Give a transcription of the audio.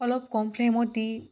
অলপ কম ফ্লেমত দি